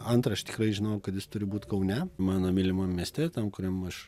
antra aš tikrai žinojau kad jis turi būt kaune mano mylimam mieste tam kuriam aš